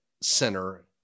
center